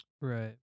Right